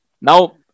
Now